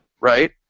right